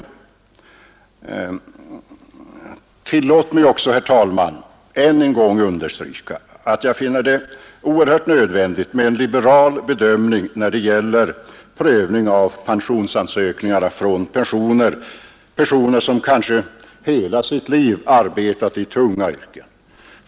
Tillåt mig också, herr talman, än en gång understryka att jag finner det oerhört nödvändigt med en liberal bedömning vid prövning av pensionsansökningarna från personer som kanske hela sitt liv arbetat i tunga yrken.